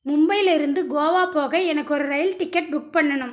மும்பையில் இருந்து கோவா போக எனக்கு ஒரு ரயில் டிக்கெட் புக் பண்ணணும்